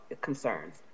concerns